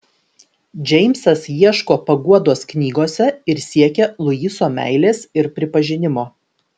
džeimsas ieško paguodos knygose ir siekia luiso meilės ir pripažinimo